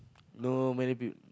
no many build